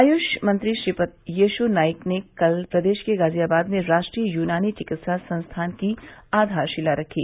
आयुष मंत्री श्रीपद येशो नाइक ने कल प्रदेश के गाजियाबाद में राष्ट्रीय यूनानी चिकित्सा संस्थान की आधारशिला रखी